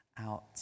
out